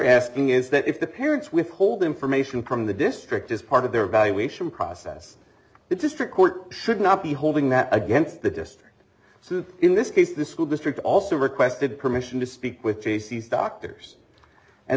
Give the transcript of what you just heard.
asking is that if the parents withhold information from the district as part of their valuation process the district court should not be holding that against the district so in this case the school district also requested permission to speak with jaycee's doctors and